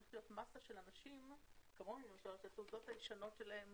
תהיה מסה של אנשים --- שהתעודות הישנות שלהן